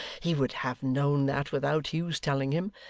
he would have known that, without hugh's telling him.